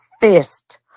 fist